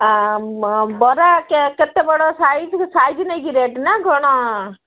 ଆ ବ ବରା କେ କେତେ ବଡ଼ ସାଇଜ୍ ସାଇଜ୍ ନେଇକି ରେଟ୍ ନା କ'ଣ